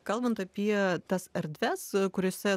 kalbant apie tas erdves kuriose